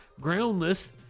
groundless